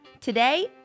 Today